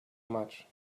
much